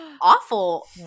awful